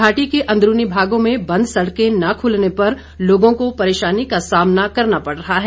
घाटी के अंदरूनी भागों में बंद सड़कें न खुलने पर लोगों को परेशानी का सामना करना पड़ रहा है